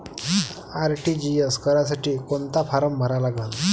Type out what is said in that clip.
RTGS करासाठी कोंता form भरा लागन?